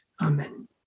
Amen